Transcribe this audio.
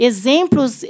Exemplos